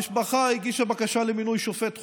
המשפחה הגישה בקשה למינוי שופט חוקר.